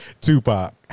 Tupac